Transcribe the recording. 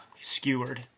skewered